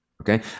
okay